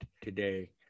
today